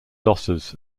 losses